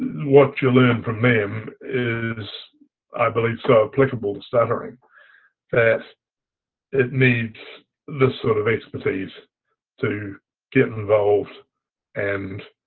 what you learn from them is i believe so applicable to stuttering that it needs this sort of expertise to get involved and